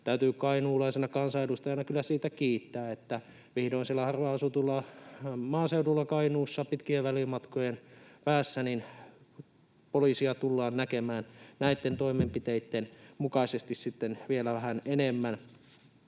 Täytyy kainuulaisena kansanedustajana kyllä siitä kiittää, että vihdoin siellä harvaan asutulla maaseudulla Kainuussa, pitkien välimatkojen päässä poliisia tullaan näkemään näitten toimenpiteitten mukaisesti sitten vielä vähän enemmän.